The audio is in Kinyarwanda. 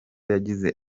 yagize